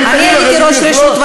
אני הייתי ראש רשות,